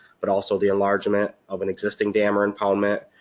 but also the enlargement of an existing dam or impoundment,